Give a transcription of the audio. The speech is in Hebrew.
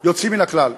יוצאים מן הכלל.